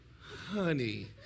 Honey